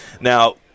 Now